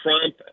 Trump